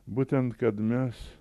būtent kad mes